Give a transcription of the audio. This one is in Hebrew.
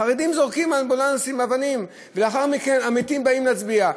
החרדים זורקים על אמבולנסים אבנים ולאחר מכן המתים באים להצביע.